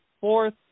fourth